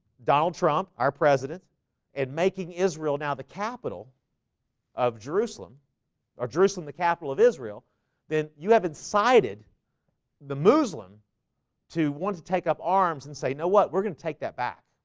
donald trump our president and making israel now the capital of jerusalem or jerusalem the capital of israel then you have incited the muslim to want to take up arms and say no what we're gonna take that back.